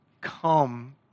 come